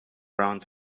around